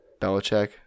Belichick